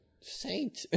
saint